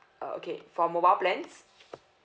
oh okay for mobile plans